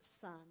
son